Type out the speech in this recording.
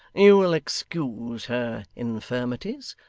you will excuse her infirmities?